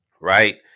right